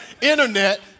internet